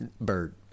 bird